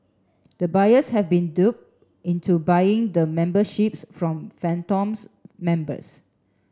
the buyers had been duped into buying the memberships from phantoms members